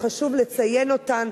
חשוב לציין אותם,